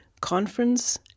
conference